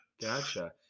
Gotcha